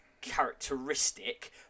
characteristic